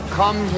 come